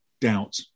doubt